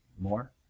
more